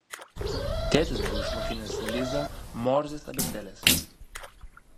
tėtis buvo išmokinęs lizą morzės abėcėlės